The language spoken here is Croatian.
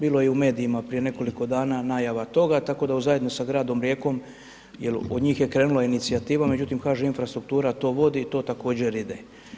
Bilo je i u medijima prije nekoliko dana najava toga, tako da zajedno sa gradom Rijekom jer od njih je krenula inicijativa, međutim kažem Infrastruktura to vodi i to također ide.